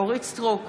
אורית מלכה סטרוק,